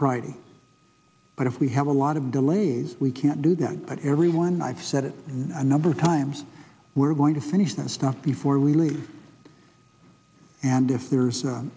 friday but if we have a lot of delays we can't do that but everyone i've said it another time we're going to finish the stuff before we leave and if there's a